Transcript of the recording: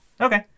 Okay